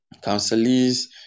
Counselors